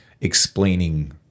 explaining